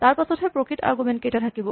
তাৰপাছতহে প্ৰকৃত আৰগুমেন্ট কেইটা থাকিব